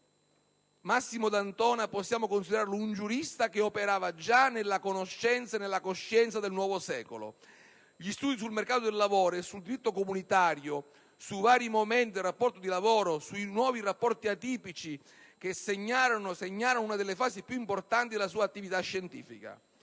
Massimo D'Antona possiamo considerarlo un giurista che operava già nella conoscenza e nella coscienza del nuovo secolo. Gli studi sul mercato del lavoro e sul diritto comunitario, sui vari momenti del rapporto di lavoro, sui nuovi rapporti atipici segnarono una delle fasi più importanti della sua attività scientifica.